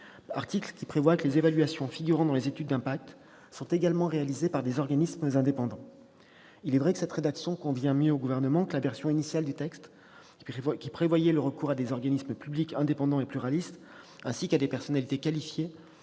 loi, qui prévoit que les évaluations figurant dans les études d'impact « sont également réalisées par des organismes indépendants ». Cette rédaction convient mieux au Gouvernement que la version initiale du texte, qui prévoyait le recours à des organismes publics indépendants et pluralistes, ainsi qu'à des personnalités qualifiées